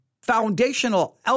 foundational